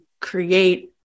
create